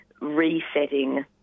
resetting